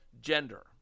gender